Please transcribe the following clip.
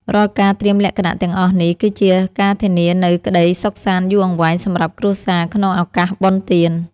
រាល់ការត្រៀមលក្ខណៈទាំងអស់នេះ គឺជាការធានានូវក្តីសុខសាន្តយូរអង្វែងសម្រាប់គ្រួសារក្នុងឱកាសបុណ្យទាន។